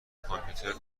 کامپیوتر